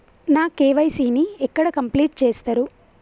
నా కే.వై.సీ ని ఎక్కడ కంప్లీట్ చేస్తరు?